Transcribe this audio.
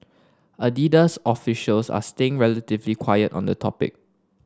Adidas officials are staying relatively quiet on the topic